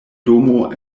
domo